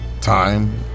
time